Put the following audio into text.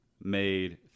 made